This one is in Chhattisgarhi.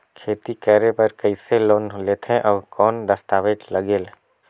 खेती करे बर कइसे लोन लेथे और कौन दस्तावेज लगेल?